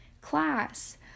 class